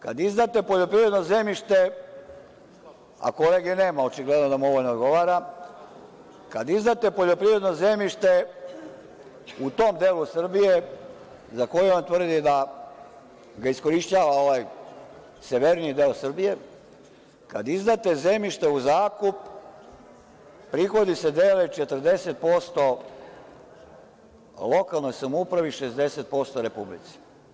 Kad izdate poljoprivredno zemljište, a kolege nema, očigledno da mu ovo ne odgovara, kad izdate poljoprivredno zemljište u tom delu Srbije za koje on tvrdi da ga iskorišćava ovaj severniji deo Srbije, kad izdate zemljište u zakup prihodi se dele 40% lokalnoj samoupravi, 60% Republici.